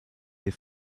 des